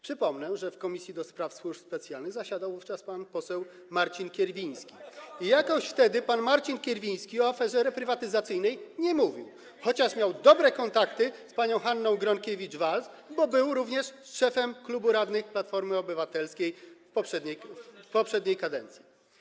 Przypomnę, że w Komisji do Spraw Służb Specjalnych zasiadał wówczas pan poseł Marcin Kierwiński [[Gwar na sali]] i jakoś wtedy pan Marcin Kierwiński o aferze reprywatyzacyjnej nie mówił, chociaż miał dobre kontakty z panią Hanną Gronkiewicz-Waltz, bo był również szefem Klubu Radnych Platformy Obywatelskiej w poprzedniej kadencji.